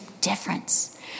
difference